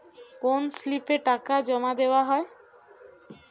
কোন স্লিপে টাকা জমাদেওয়া হয়?